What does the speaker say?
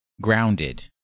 grounded